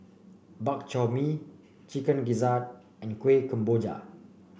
Bak Chor Mee Chicken Gizzard and Kuih Kemboja